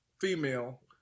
female